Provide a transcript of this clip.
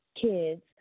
kids